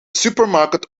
supermarket